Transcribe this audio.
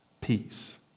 peace